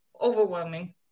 overwhelming